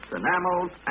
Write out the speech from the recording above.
enamels